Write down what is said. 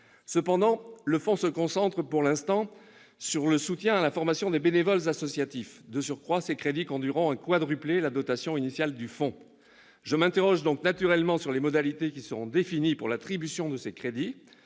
Cependant, le fonds se concentre pour l'instant sur le soutien à la formation des bénévoles associatifs. De surcroît, ces crédits conduiront à quadrupler la dotation initiale du fonds. Je m'interroge donc naturellement sur les modalités qui seront définies pour l'attribution de ces crédits.